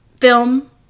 film